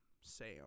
Sam